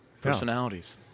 Personalities